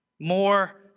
More